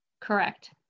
Correct